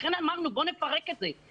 לכן אמרנו: בואו נפרק את זה,